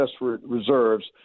reserves